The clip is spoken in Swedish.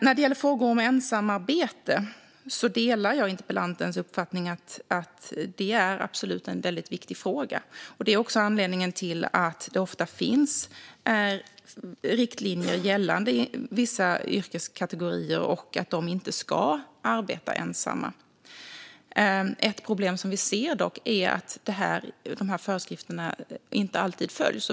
När det gäller frågor om ensamarbete delar jag interpellantens uppfattning att det absolut är en väldigt viktig fråga. Det är också anledningen till att det ofta finns riktlinjer att vissa yrkeskategorier inte ska arbeta ensamma. Ett problem som vi ser är dock att dessa föreskrifter inte alltid följs.